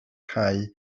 cau